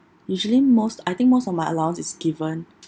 usually most I think most of my allowance is given